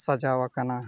ᱥᱟᱡᱟᱣᱟᱠᱟᱱᱟ